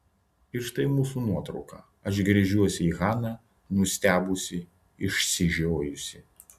ir štai mūsų nuotrauka aš gręžiuosi į haną nustebusi išsižiojusi